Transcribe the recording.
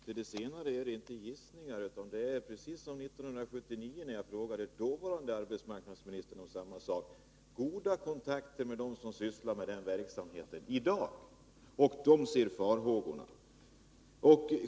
Herr talman! Den baseras inte på gissningar, utan — precis som 1979, då jag frågade dåvarande arbetsmarknadsministern om samma sak — på goda kontakter med dem som i dag sysslar med denna verksamhet. De hyser farhågor.